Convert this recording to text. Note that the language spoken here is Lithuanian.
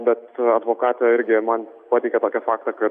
bet advokatė irgi man pateikė tokį faktą kad